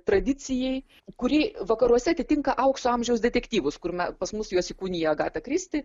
tradicijai kuri vakaruose atitinka aukso amžiaus detektyvus kur na pas mus juos įkūnija agata kristi